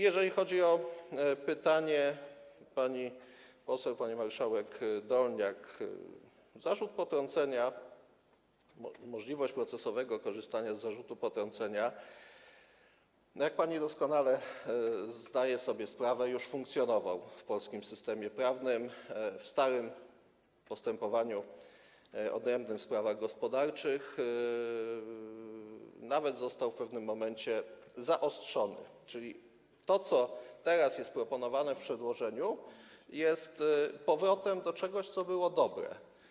Jeżeli chodzi o pytanie pani poseł, pani marszałek Dolniak, zarzut potrącenia, możliwość procesowego korzystania z zarzutu potrącenia, jak pani doskonale zdaje sobie sprawę, już funkcjonował w polskim systemie prawnym, w starym postępowaniu odrębnym w sprawach gospodarczych, nawet został w pewnym momencie zaostrzony, czyli to co teraz jest proponowane w przedłożeniu, jest powrotem do czegoś, co było dobre.